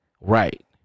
Right